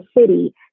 city